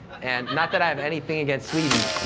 and not that i have anything against sweden,